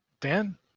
Dan